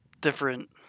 different